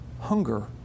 hunger